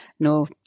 no